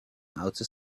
outer